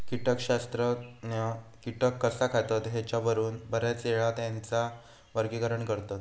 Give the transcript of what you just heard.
कीटकशास्त्रज्ञ कीटक कसा खातत ह्येच्यावरून बऱ्याचयेळा त्येंचा वर्गीकरण करतत